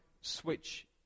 switch